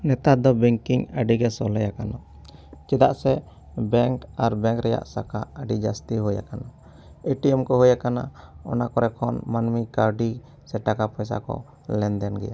ᱱᱮᱛᱟᱨ ᱫᱚ ᱵᱮᱝᱠᱤᱝ ᱟᱹᱰᱤ ᱜᱮ ᱥᱚᱞᱦᱮ ᱟᱠᱟᱱᱟ ᱪᱮᱫᱟᱜ ᱥᱮ ᱵᱮᱝᱠ ᱟᱨ ᱵᱮᱝᱠ ᱨᱮᱭᱟᱜ ᱥᱟᱠᱷᱟ ᱟᱹᱰᱤ ᱡᱟᱹᱥᱛᱤ ᱦᱩᱭ ᱟᱠᱟᱱᱟ ᱮᱹᱴᱤᱹᱮᱢ ᱠᱚ ᱦᱩᱭ ᱟᱠᱟᱱᱟ ᱚᱱᱟ ᱠᱚᱨᱮ ᱠᱷᱚᱱ ᱢᱟᱹᱱᱢᱤ ᱠᱟᱹᱣᱰᱤ ᱥᱮ ᱴᱟᱠᱟ ᱯᱚᱭᱥᱟ ᱠᱚ ᱞᱮᱱᱫᱮᱱ ᱜᱮᱭᱟ